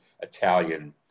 Italian